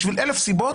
בשביל אלף סיבות,